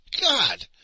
God